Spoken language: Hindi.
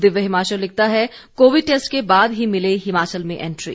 दिव्य हिमाचल लिखता है कोविड टैस्ट के बाद ही मिले हिमाचल में एंट्री